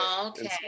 okay